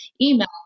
email